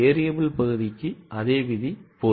Variable பகுதிக்கு அதே விதி பொருந்தும்